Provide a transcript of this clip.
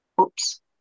Oops